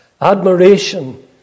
admiration